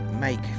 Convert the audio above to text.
make